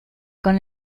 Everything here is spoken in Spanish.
con